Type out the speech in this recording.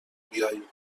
بیایی